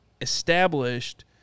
established